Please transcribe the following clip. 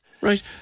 Right